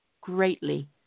greatly